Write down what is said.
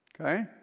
Okay